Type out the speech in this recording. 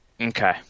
Okay